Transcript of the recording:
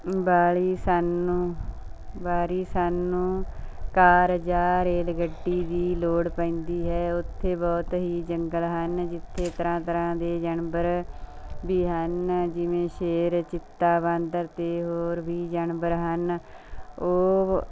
ਬਾਲੀ ਸਾਨੂੰ ਬਾਰੀ ਸਾਨੂੰ ਕਾਰ ਜਾਂ ਰੇਲ ਗੱਡੀ ਦੀ ਲੋੜ ਪੈਂਦੀ ਹੈ ਉੱਥੇ ਬਹੁਤ ਹੀ ਜੰਗਲ ਹਨ ਜਿੱਥੇ ਤਰ੍ਹਾਂ ਤਰ੍ਹਾਂ ਦੇ ਜਾਨਵਰ ਵੀ ਹਨ ਜਿਵੇਂ ਸ਼ੇਰ ਚੀਤਾ ਬਾਂਦਰ ਤੇ ਹੋਰ ਵੀ ਜਾਨਵਰ ਹਨ ਉਹ